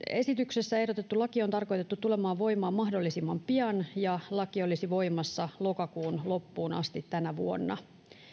esityksessä ehdotettu laki on tarkoitettu tulemaan voimaan mahdollisimman pian ja laki olisi voimassa lokakuun loppuun asti tänä vuonna